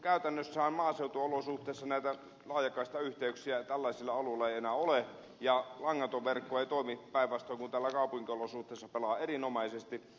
käytännössähän maaseutuolosuhteissa näitä laajakaistayhteyksiä tällaisilla alueilla ei enää ole ja langaton verkko ei toimi päinvastoin kuin täällä kaupunkiolosuhteissa pelaa erinomaisesti